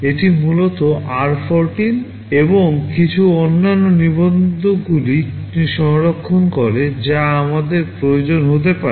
এটি মূলত r14 এবং কিছু অন্যান্য নিবন্ধগুলি সংরক্ষণ করে যা আমার প্রয়োজন হতে পারে